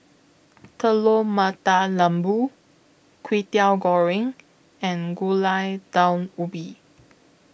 Telur Mata Lembu Kwetiau Goreng and Gulai Daun Ubi